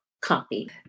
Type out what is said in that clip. copy